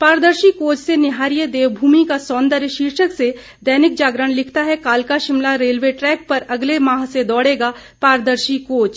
पारदर्शी कोच से निहारिये देवभूमि का सौंदर्य शीर्षक से दैनिक जागरण लिखता है कालका शिमला रेलवे ट्रैक पर अगले माह से दौड़ेगा पारदर्शी कोच